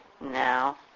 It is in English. No